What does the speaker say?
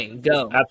Go